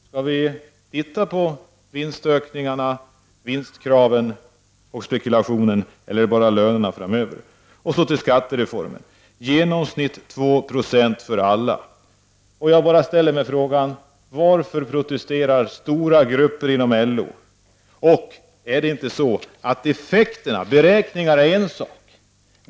Skall vi se på vinstökningarna, vinstkraven och spekulationen, eller är det bara fråga om lönerna framöver? Så till skattereformen! Det skall i genomsnitt vara 2 Ze för alla. Jag ställer mig bara frågan: Varför protesterar stora grupper inom LO? Beräkningar är en sak.